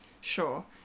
sure